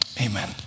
amen